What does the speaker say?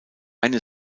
eine